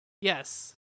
Yes